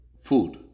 food